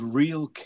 real